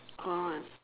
orh